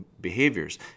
behaviors